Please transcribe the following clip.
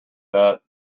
that